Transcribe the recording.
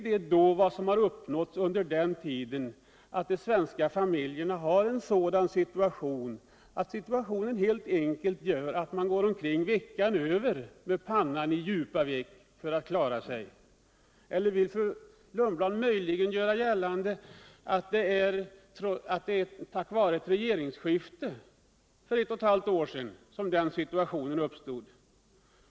Det som har uppnåtts under den tiden, är det att de svenska familjerna befinner sig i cn sådan situation att de går omkring veckan över med pannorna i djupa veck för att kunna klara sig? Eller vill Grethe Lundblad möjligen göra gällande att det är tack vare regeringsskiftet för ett och ett halvt år sedan som denna situation har uppstätt?